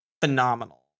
phenomenal